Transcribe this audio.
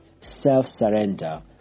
self-surrender